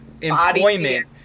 employment